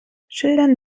schildern